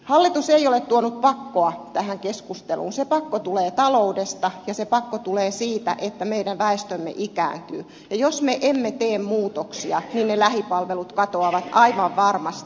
hallitus ei ole tuonut pakkoa tähän keskusteluun se pakko tulee taloudesta ja se pakko tulee siitä että meidän väestömme ikääntyy ja jos me emme tee muutoksia niin ne lähipalvelut katoavat aivan varmasti